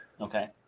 Okay